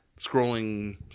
scrolling